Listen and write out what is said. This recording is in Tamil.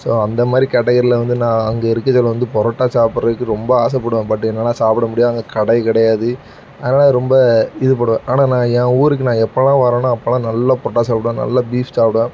ஸோ அந்த மாதிரி கேட்டகரியில் வந்து நான் அங்கே இருக்கச்சுல வந்து பரோட்டா சாப்பிட்றதுக்கு ரொம்ப ஆசைப்படுவேன் பட் என்னென்னா சாப்பிட முடியாது அங்கே கடை கிடையாது அதனால் ரொம்ப இதுபடுவேன் ஆனால் நான் என் ஊருக்கு நான் எப்போலாம் வரேனோ அப்போலாம் நல்லா பரோட்டா சாப்பிடுவேன் நல்லா பீஃப் சாப்பிடுவேன்